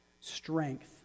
Strength